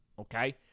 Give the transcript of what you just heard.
Okay